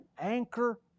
anchor